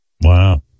Wow